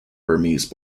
burmese